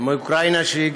שהגיעה מאוקראינה.